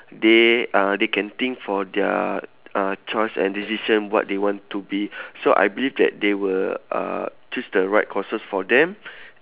they uh they can think for their uh choice and decision what they want to be so I believe that they will uh choose the right courses for them